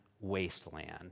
wasteland